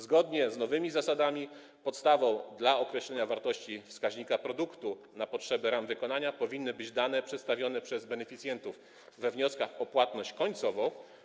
Zgodnie z nowymi zasadami podstawą do określenia wartości wskaźnika produktu na potrzeby ram wykonania powinny być dane przedstawione przez beneficjentów we wnioskach o płatność końcową.